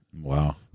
Wow